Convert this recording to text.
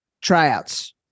Tryouts